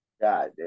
God